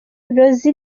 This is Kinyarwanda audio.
rossi